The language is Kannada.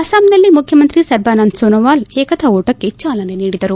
ಅಸ್ಲಾಂನಲ್ಲಿ ಮುಖ್ಚಮಂತ್ರಿ ಸರ್ಬಾನಂದ್ ಸೋನೋವಾಲ್ ಏಕತಾ ಓಟಕ್ಕೆ ಚಾಲನೆ ನೀಡಿದರು